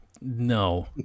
No